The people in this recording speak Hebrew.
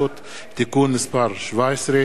שהפכה להצעה לסדר-היום,